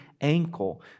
ankle